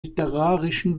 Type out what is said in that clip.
literarischen